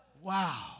Wow